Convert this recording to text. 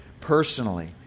personally